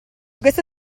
questo